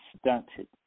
stunted